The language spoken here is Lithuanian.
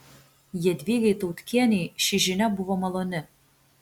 jadvygai tautkienei ši žinia buvo maloni